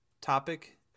topic